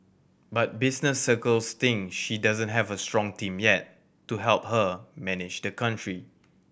but business circles think she doesn't have a strong team yet to help her manage the country